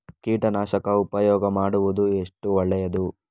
ಕೀಟನಾಶಕ ಉಪಯೋಗ ಮಾಡುವುದು ಎಷ್ಟು ಒಳ್ಳೆಯದು?